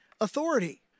authority